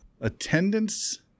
attendance